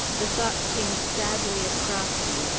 the thought came sadly across me,